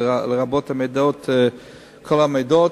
לרבות כל הפרטים.